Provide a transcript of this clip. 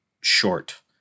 short